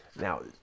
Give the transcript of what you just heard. Now